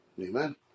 Amen